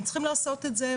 הם צריכים לעשות את זה,